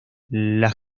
las